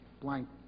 blank